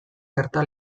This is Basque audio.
gerta